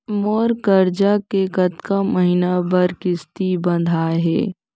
मोर करजा के कतका महीना बर किस्ती बंधाये हे?